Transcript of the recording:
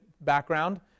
background